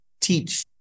teach